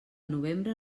novembre